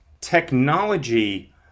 technology